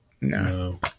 No